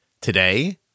Today